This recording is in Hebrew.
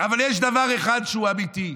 אבל יש דבר אחד שהוא אמיתי: